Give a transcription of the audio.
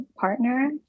partner